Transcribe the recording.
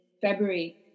February